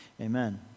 Amen